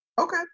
Okay